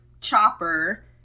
chopper